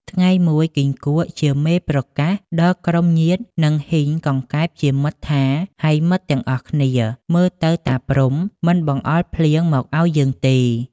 ថ្ងៃមួយគីង្គក់ ជាមេប្រកាសដល់ក្រុមញាតិ និងហ៊ីងកង្កែបជាមិត្តថា “ ហៃមិត្តទាំងអស់គ្នា! មើលទៅតាព្រហ្មមិនបង្អុរភ្លៀងមកឱ្យយើងទេ។